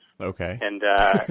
Okay